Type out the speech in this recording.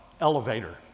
elevator